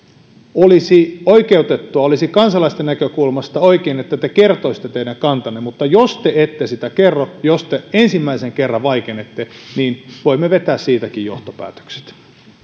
olisi oikeutettua olisi kansalaisten näkökulmasta oikein että te kertoisitte teidän kantanne mutta jos te ette sitä kerro jos te ensimmäisen kerran vaikenette niin voimme vetää siitäkin johtopäätökset